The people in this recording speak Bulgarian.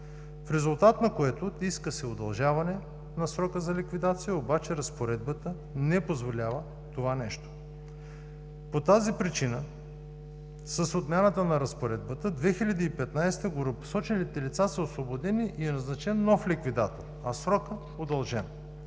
в резултат на което се иска удължаване на срока за ликвидация, обаче разпоредбата не позволява това нещо. По тази причина с отмяната на разпоредбата през 2015 г. горепосочените лица са освободени и е назначен нов ликвидатор, а срокът – удължен.